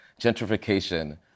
gentrification